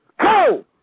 Go